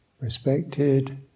respected